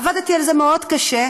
עבדתי על זה מאוד קשה.